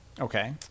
Okay